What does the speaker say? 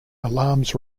alarms